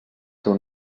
seu